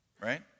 right